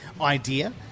idea